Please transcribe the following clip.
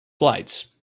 flights